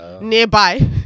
nearby